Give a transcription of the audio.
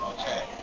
Okay